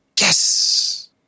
Yes